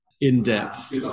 in-depth